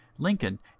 Lincoln